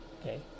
okay